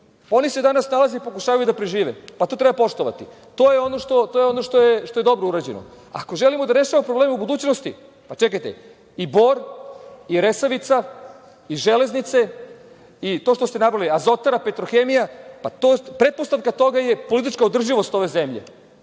Oni se danas snalaze i pokušavaju da prežive. To treba poštovati. To je ono što je dobro urađeno. Ako želimo da rešavamo probleme u budućnosti, i „Bor“ i „Resavica“ i „Železnice“ i to što ste nabrojali, „Azotara“, „Petrohemija“, pretpostavka toga je politička održivost ove zemlje